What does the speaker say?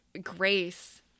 Grace